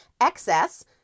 Excess